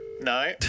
No